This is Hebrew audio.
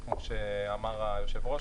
כמו שאמר היושב-ראש.